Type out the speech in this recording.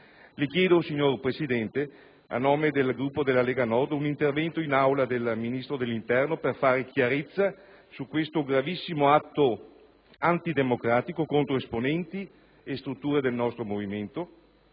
Le chiedo, signor Presidente, a nome del Gruppo della Lega Nord, un intervento in Aula del Ministro dell'interno, per fare chiarezza su questo gravissimo atto antidemocratico contro esponenti e strutture del nostro movimento